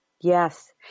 Yes